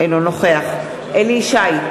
אינו נוכח אליהו ישי,